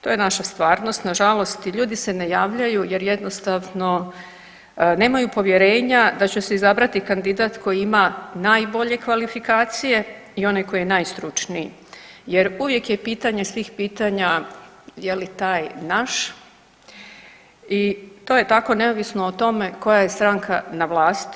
To je naša stvarnost nažalost i ljudi se ne javljaju jer jednostavno nemaju povjerenja da će se izabrati kandidat koji ima najbolje kvalifikacije i onaj koji je najstručniji jer uvijek je pitanje svih pitanja je li taj naš i to je tako neovisno o tome koja je stranka na vlasti.